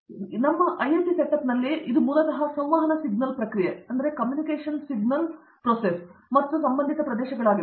ನಮ್ಮ ಒಂದು ನಮ್ಮ ಐಐಟಿ ಸೆಟಪ್ನಲ್ಲಿ ಒಂದು ಆದರೆ ಇದು ಮೂಲತಃ ಸಂವಹನ ಸಿಗ್ನಲ್ ಪ್ರಕ್ರಿಯೆ ಮತ್ತು ಸಂಬಂಧಿತ ಪ್ರದೇಶಗಳಾಗಿವೆ